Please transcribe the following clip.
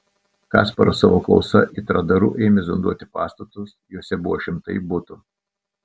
kasparas savo klausa it radaru ėmė zonduoti pastatus juose buvo šimtai butų